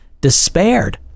despaired